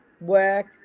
work